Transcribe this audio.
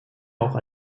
auch